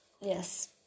yes